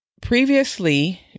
previously